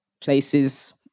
places